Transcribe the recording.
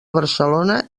barcelona